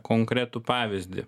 konkretų pavyzdį